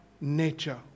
nature